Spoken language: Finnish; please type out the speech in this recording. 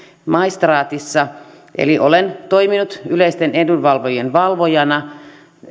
maistraatissa eli olen toiminut yleisten edunvalvojien valvojana